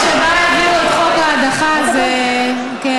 לא, הדרך שבה העבירו את חוק ההדחה זה, לא חתמתי.